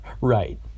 Right